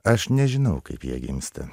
aš nežinau kaip jie gimsta